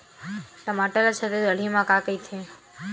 टमाटर ला छत्तीसगढ़ी मा का कइथे?